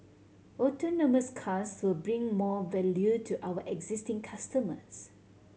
autonomous cars will bring more value to our existing customers